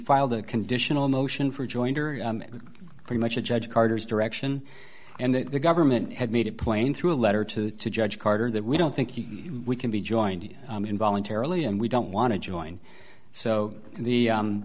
filed a conditional motion for joint pretty much a judge carter's direction and the government had made it plain through a letter to the judge carter that we don't think he we can be joined in voluntarily and we don't want to join so